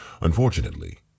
Unfortunately